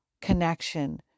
connection